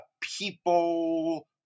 People